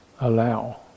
allow